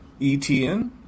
ETN